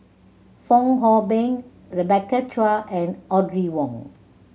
Fong Hoe Beng Rebecca Chua and Audrey Wong